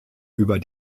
über